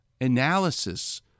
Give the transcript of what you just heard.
Analysis